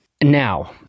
Now